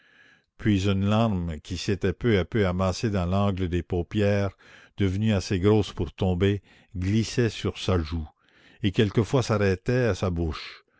puis une larme qui s'était peu à peu amassée dans l'angle des paupières devenue assez grosse pour tomber glissait sur sa joue et quelquefois s'arrêtait à sa bouche